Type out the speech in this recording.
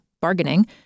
bargaining